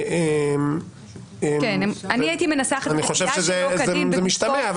אני חושב שזה משתמע.